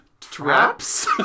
traps